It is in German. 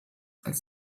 als